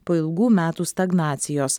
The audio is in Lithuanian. po ilgų metų stagnacijos